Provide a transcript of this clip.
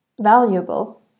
valuable